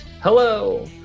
Hello